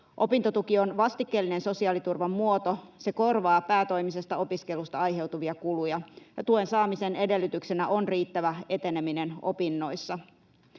Opintotuki on vastikkeellinen sosiaaliturvan muoto. Se korvaa päätoimisesta opiskelusta aiheutuvia kuluja. Tuen saamisen edellytyksenä on riittävä eteneminen opinnoissa.